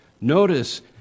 Notice